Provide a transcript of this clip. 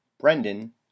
brendan